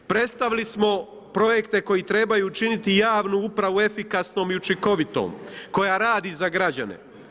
Predstavili smo projekte koji trebaju učiniti javnu upravu efikasnom i učinkovitom, koja radi za građane.